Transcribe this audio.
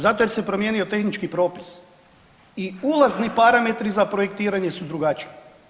Zato jer se promijenio tehnički propis i ulazni parametri za projektiranje su drugačiji.